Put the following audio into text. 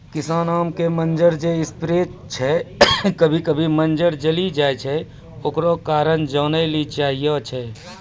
किसान आम के मंजर जे स्प्रे छैय कभी कभी मंजर जली जाय छैय, एकरो कारण जाने ली चाहेय छैय?